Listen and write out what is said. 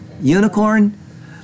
Unicorn